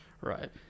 Right